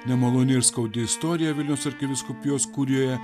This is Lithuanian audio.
nemaloni ir skaudi istorija vilniaus arkivyskupijos kurijoje